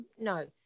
No